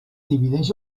divideix